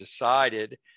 decided